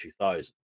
2000